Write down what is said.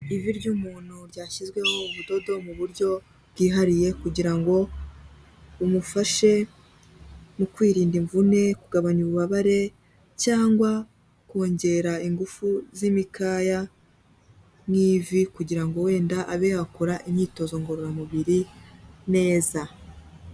Ivi ry'umuntu ryashyizweho ubudodo mu buryo bwihariye, kugira ngo bumufashe mu kwirinda imvune, kugabanya ububabare, cyangwa kongera ingufu z'imikaya nk'ivi, kugira ngo wenda abe yakora imyitozo ngororamubiri neza.